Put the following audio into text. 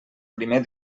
primer